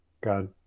God